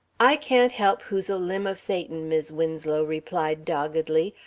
i can't help who's a limb of satan, mis' winslow replied doggedly,